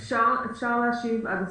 אם אפשר להשיב עד הסוף,